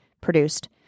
produced